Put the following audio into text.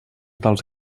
dels